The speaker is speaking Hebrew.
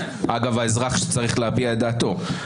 זה אגב האזרח שצריך להביע את דעתו.